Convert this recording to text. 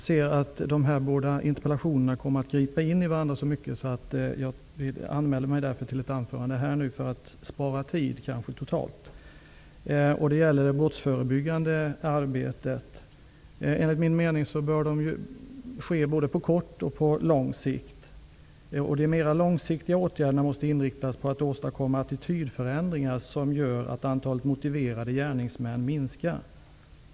Herr talman! Jag ser att de båda interpellationerna kommer att gripa in i varandra. Jag anmäler mig därför till ett anförande nu för att spara tid totalt. Mitt anförande gäller det brottsförebyggande arbetet. Enligt min mening bör det brottsförebyggande arbetet ske på både kort och lång sikt. De mera långsiktiga åtgärderna måste inriktas på att åstadkomma attitydförändringar som gör att antalet motiverade gärningsmän minskar.